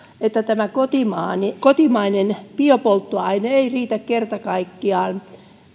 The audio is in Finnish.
kotimainen kotimainen biopolttoaine ei kerta kaikkiaan riitä